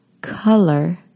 color